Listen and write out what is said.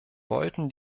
wollten